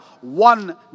one